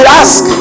ask